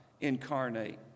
incarnate